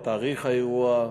תאריך האירוע,